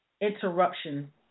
interruption